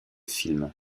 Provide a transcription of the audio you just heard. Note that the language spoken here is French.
film